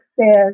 says